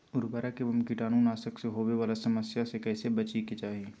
उर्वरक एवं कीटाणु नाशक से होवे वाला समस्या से कैसै बची के चाहि?